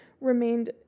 Remained